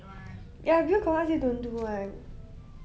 ya bill confirm ask you don't do [one]